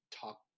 talk